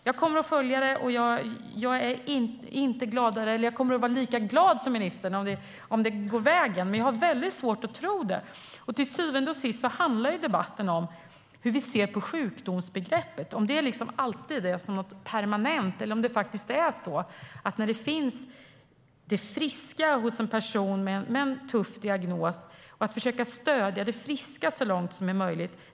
Jag kommer att följa det, och jag kommer att bli lika glad som ministern om det går vägen. Men jag har svårt att tro det. Till syvende och sist handlar debatten om hur vi ser på sjukdomsbegreppet. Är det alltid något permanent, eller ska man när det friska finns hos en person med en tuff diagnos försöka stödja det friska så långt som möjligt?